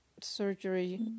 surgery